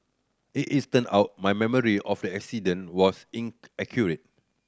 it is turned out my memory of accident was inaccurate